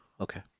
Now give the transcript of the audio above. Okay